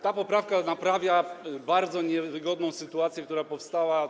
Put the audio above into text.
Ta poprawka naprawia bardzo niewygodną sytuację, która powstała.